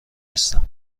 نیستم